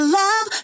love